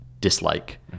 dislike